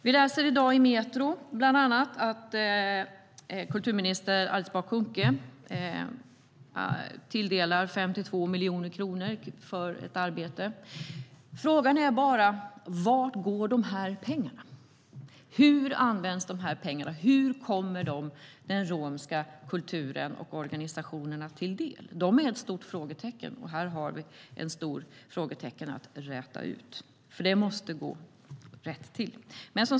Vi läser i dag i Metro bland annat att kultur och demokratiminister Alice Bah Kuhnke tilldelar 52 miljoner kronor för ett arbete. Frågan är bara: Vart går de pengarna? Hur används pengarna, och hur kommer de den romska kulturen och organisationerna till del? Här har vi ett stort frågetecken att räta ut. Det måste gå rätt till.